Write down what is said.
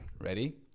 Ready